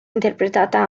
interpretata